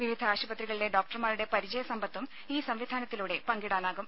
വിവിധ ആശുപത്രികളിലെ ഡോക്ടർമാരുടെ പരിചയ സമ്പത്തും ഈ സംവിധാനത്തിലൂടെ പങ്കിടാനാകും